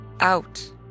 out